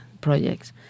projects